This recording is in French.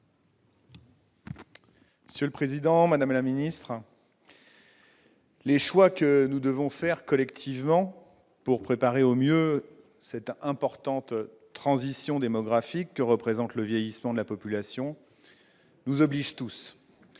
Monsieur le président, madame la ministre, mes chers collègues, les choix que nous devons faire collectivement pour préparer au mieux l'importante transition démographique que représente le vieillissement de la population nous obligent tous.